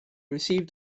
received